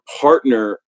partner